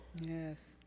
Yes